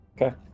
Okay